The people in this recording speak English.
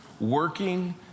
working